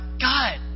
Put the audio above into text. God